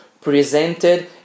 presented